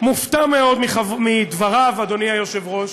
ומופתע מאוד מדבריו, אדוני היושב-ראש,